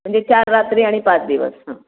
म्हणजे चार रात्री आणि पाच दिवस हं